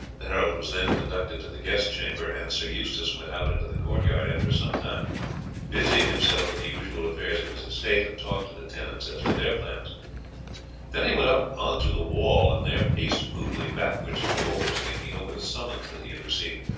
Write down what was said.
the herald was then conducted to the guest-chamber, and sir eustace went out into the court-yard and for some time busied himself with the usual affairs of his estate and talked to the tenants as to their plans then he went up on to the wall and there paced moodily backwards and forwards thinking over the summons that he had received.